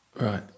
right